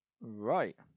Right